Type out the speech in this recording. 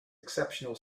exceptional